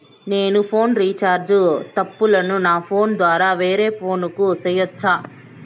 నేను phone recharge తప్పులను నా ఫోను ద్వారా వేరే ఫోను కు సేయొచ్చా?